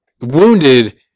wounded